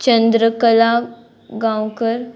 Chandrakala Gaonkar